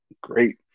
great